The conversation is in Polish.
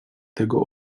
tego